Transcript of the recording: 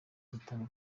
gutanga